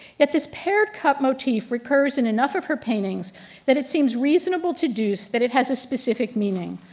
yet this paired cup motif recurs in enough of her paintings that it seems reasonable to do that it has a specific meaning.